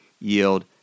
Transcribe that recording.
yield